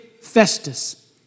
Festus